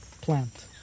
plant